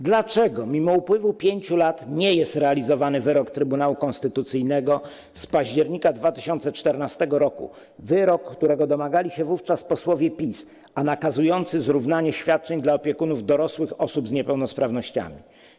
Dlaczego, mimo upływu 5 lat, nie jest realizowany wyrok Trybunału Konstytucyjnego z października 2014 r., którego domagali się wówczas posłowie PiS, nakazujący zrównanie świadczeń dla opiekunów dorosłych osób z niepełnosprawnościami?